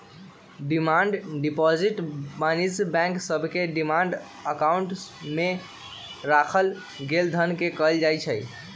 demand deposit वाणिज्यिक bank सभके demand account में राखल गेल धन के कहल जाइ छै